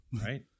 right